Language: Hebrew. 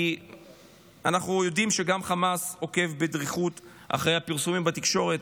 כי אנחנו יודעים שגם חמאס עוקב בדריכות אחרי הפרסומים בתקשורת,